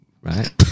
Right